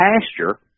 pasture